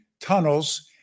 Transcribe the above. tunnels